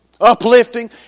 Uplifting